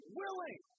willing